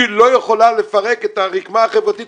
היא לא יכולה לפרק את הרקמה החברתית